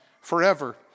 forever